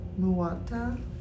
Muwatta